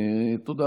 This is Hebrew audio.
תודה.